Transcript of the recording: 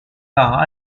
par